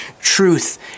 truth